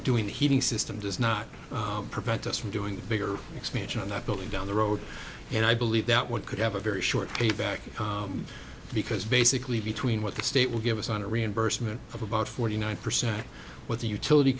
doing the heating system does not prevent us from doing bigger expansion on that building down the road and i believe that one could have a very short payback because basically between what the state will give us on a reimbursement of about forty nine percent what the utility